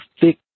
thick